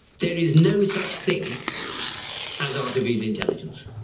there is no such thing as artificial intelligence.